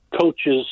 coaches